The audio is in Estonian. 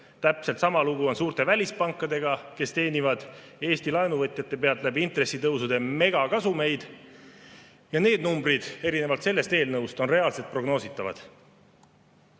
Täpselt sama lugu on suurte välispankadega, kes teenivad Eesti laenuvõtjate pealt intressitõusude abil megakasumeid. Ja need numbrid, erinevalt sellest eelnõust, on reaalselt prognoositavad.